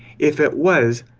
if it was,